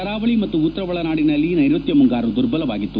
ಕರಾವಳಿ ಮತ್ತು ಉತ್ತರ ಒಳನಾಡಿನಲ್ಲಿ ನೈಋತ್ಯ ಮುಂಗಾರು ದುರ್ಬಲವಾಗಿತ್ತು